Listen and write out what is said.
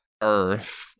Earth